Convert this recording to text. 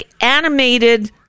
animated